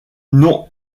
non